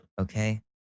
okay